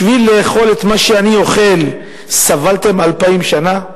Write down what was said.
בשביל לאכול את מה שאני אוכל סבלתם אלפיים שנה?